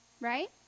right